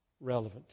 relevant